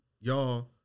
y'all